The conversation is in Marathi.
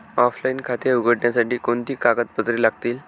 ऑफलाइन खाते उघडण्यासाठी कोणती कागदपत्रे लागतील?